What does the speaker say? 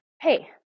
Hey